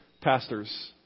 pastors